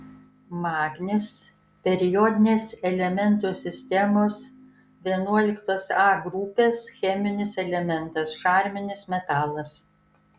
magnis periodinės elementų sistemos iia grupės cheminis elementas šarminis metalas